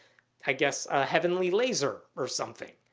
i guess a heavenly laser or something.